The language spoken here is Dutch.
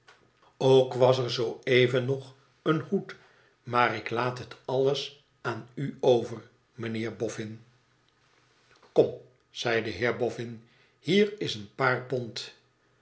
ook was er zoo even nog een hoed maar ik laat het alles aan u over mijnheer bofhn kom zei de heer boffin hier is een paar pond